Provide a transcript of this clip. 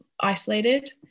isolated